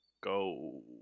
Go